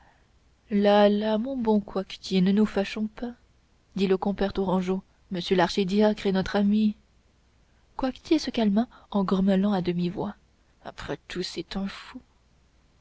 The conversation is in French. bon coictier ne nous fâchons pas dit le compère tourangeau monsieur l'archidiacre est notre ami coictier se calma en grommelant à demi-voix après tout c'est un fou